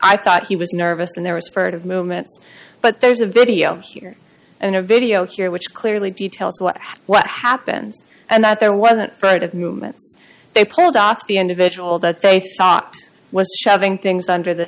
i thought he was nervous and there was furtive movements but there's a video here in a video here which clearly details what what happens and that there wasn't right of movements they pulled off the individual that they thought was shoving things under the